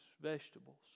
vegetables